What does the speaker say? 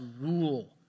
rule